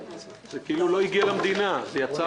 זה כאילו לא הגיע למדינה, זה יצא